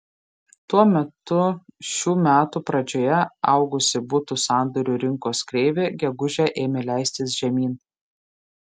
tuo metu šių metų pradžioje augusi butų sandorių rinkos kreivė gegužę ėmė leistis žemyn